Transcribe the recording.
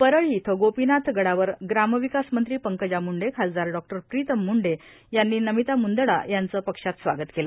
परळी इथं गोपीनाथ गडावर ग्रामविकास मंत्री पंकजा मुंडे खासदार डॉ प्रीतम मुंडे यांनी नमिता मुंदडा यांचं पक्षात स्वागत केलं